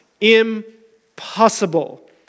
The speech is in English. impossible